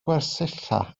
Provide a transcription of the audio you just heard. gwersylla